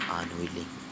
unwilling